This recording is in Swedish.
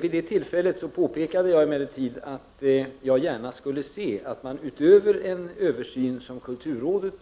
Vid det tillfället påpekade jag emellertid att jag gärna skulle se att centrumbildningarna själva gjorde en genomgång av sin verksamhet utöver den översyn som kulturrådet